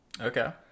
Okay